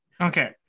Okay